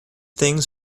things